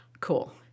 cool